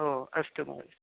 ओ अस्तु महोदय